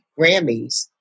Grammys